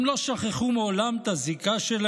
מי שלא ביבי הוא שמאל.